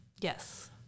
Yes